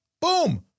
Boom